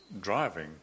driving